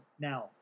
Now